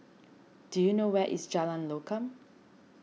do you know where is Jalan Lokam